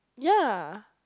ya